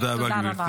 תודה רבה.